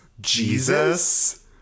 Jesus